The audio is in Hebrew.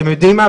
אתם יודעים מה,